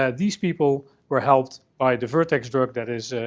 ah these people were helped by the vertex drug that is.